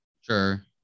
Sure